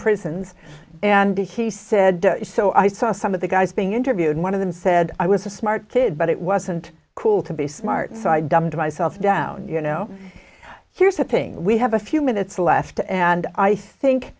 prisons and he said so i saw some of the guys being interviewed one of them said i was a smart kid but it wasn't cool to be smart so i dumbed myself down you know here's the thing we have a few minutes left and i think